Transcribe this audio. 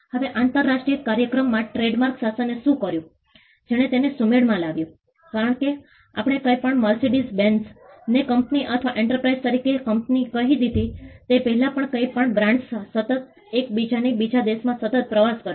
હવે આંતરરાષ્ટ્રીય કાર્યક્રમમાં ટ્રેડમાર્ક શાસનએ શું કર્યું જેણે તેને સુમેળમાં લાવ્યું કારણ કે આપણે કંઇપણ મર્સિડીઝ બેન્ઝને કંપની અથવા એન્ટરપ્રાઇઝ તરીકે કંપની કહી દીધી તે પહેલાં પણ કંઇપણ બ્રાન્ડ્સ સતત એક દેશથી બીજા દેશમાં સતત પ્રવાસ કરે છે